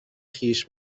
خویش